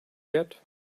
yet